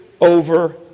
over